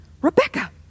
Rebecca